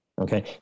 Okay